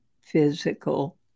physical